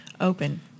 open